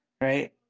Right